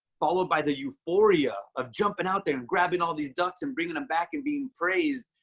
followed by the euphoria of jumping out and grabbing all these ducks and bringing them back and being praised.